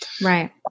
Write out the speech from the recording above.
Right